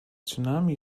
tsunami